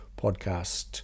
podcast